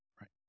right